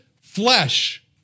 flesh